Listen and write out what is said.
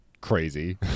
crazy